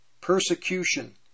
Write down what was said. Persecution